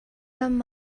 lam